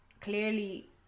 clearly